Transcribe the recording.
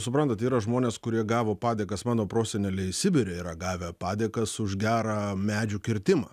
suprantat yra žmonės kurie gavo padėkas mano proseneliai sibire yra gavę padėkas už gerą medžių kirtimą